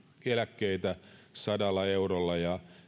eläkkeitä sadalla eurolla ja